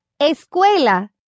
Escuela